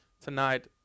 tonight